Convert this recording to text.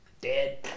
Dead